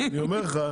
אני אומר לך,